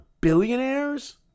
billionaires